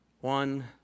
one